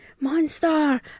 monster